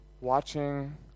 watching